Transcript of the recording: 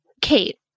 Kate